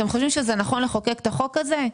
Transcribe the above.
אתם חושבים שזה נכון לחוקק את החוק הזה,